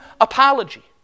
apology